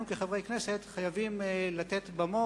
אנחנו כחברי הכנסת חייבים לתת במה